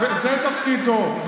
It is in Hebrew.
וזה תפקידו.